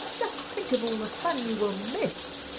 just think of all the fun you will miss,